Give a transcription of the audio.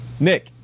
Nick